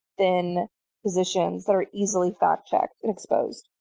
thin positions that are easily fact checked and exposed.